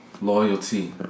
loyalty